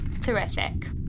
Terrific